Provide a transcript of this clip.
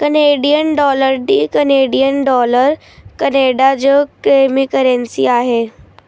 Canadian dollar डी Canadian dollar Canada जो केमी करेंसी आहे